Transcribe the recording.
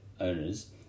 owners